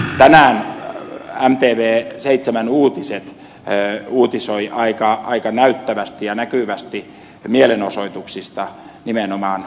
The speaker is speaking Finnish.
tänään mtvn seitsemän uutiset uutisoi aika näyttävästi ja näkyvästi mielenosoituksista nimenomaan joensuussa